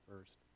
first